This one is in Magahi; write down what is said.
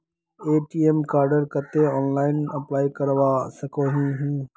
ए.टी.एम कार्डेर केते ऑनलाइन अप्लाई करवा सकोहो ही?